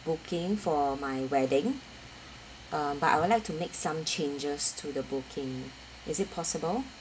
booking for my wedding uh but I would like to make some changes to the booking is it possible